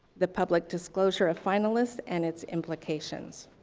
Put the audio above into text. the public disclosure of finalists, and its implications.